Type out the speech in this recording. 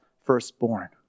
firstborn